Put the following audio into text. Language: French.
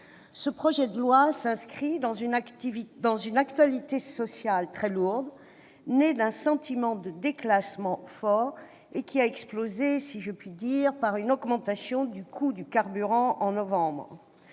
Ce projet de loi s'inscrit dans une actualité sociale très lourde, née d'un sentiment de déclassement fort et qui a explosé, si je puis dire, à l'occasion d'une augmentation du coût du carburant, en novembre